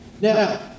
Now